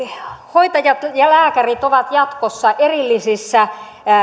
hoitajat ja lääkärit ovat jatkossa erillisissä